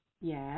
Yes